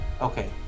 Okay